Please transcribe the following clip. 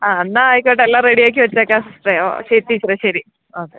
ആ എന്നാൽ ആയിക്കോട്ടെ എല്ലാം റെഡി ആക്കി വെച്ചേക്കാം സിസ്റ്ററെ ഓ ശരി ടീച്ചറെ ശരി ഓക്കെ